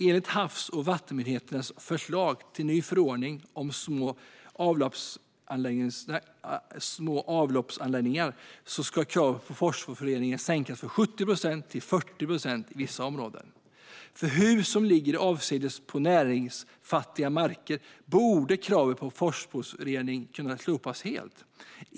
Enligt Havs och vattenmyndighetens förslag till ny förordning om små avloppsanläggningar ska kravet på fosforrening sänkas från 70 procent till 40 procent i vissa områden. För hus som ligger avsides på näringsfattiga marker borde kravet på fosforrening kunna slopas helt.